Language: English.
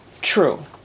True